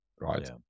right